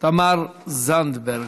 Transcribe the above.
תמר זנדברג.